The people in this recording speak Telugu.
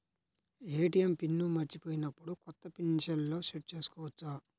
ఏ.టీ.ఎం పిన్ మరచిపోయినప్పుడు, కొత్త పిన్ సెల్లో సెట్ చేసుకోవచ్చా?